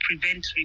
prevent